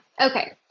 Okay